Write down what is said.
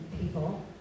people